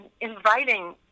inviting